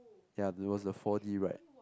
ya there was a four-D ride